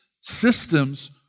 systems